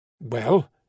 Well